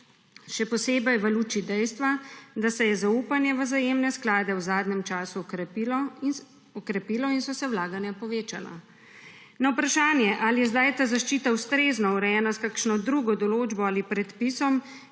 Še posebej v luči dejstva, da se je zaupanje v vzajemne sklade v zadnjem času okrepilo in so se vlaganja povečala. Na vprašanje, ali je zdaj ta zaščita ustrezno urejena s kakšno drugo določbo ali predpisom,